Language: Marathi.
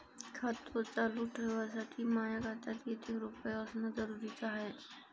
खातं चालू ठेवासाठी माया खात्यात कितीक रुपये असनं जरुरीच हाय?